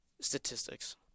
statistics